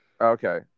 Okay